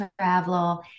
travel